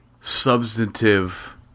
substantive